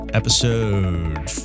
episode